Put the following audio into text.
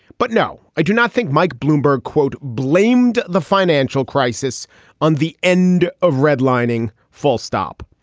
but no, i do not think mike bloomberg, quote, blamed the. financial crisis on the end of redlining. full stop.